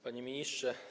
Panie Ministrze!